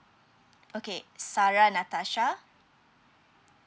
okay sarah natasha